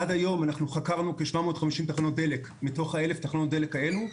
עד היום אנחנו חקרנו כ-750 תחנות דלק מתוך 1,000 תחנות הדלק האלו.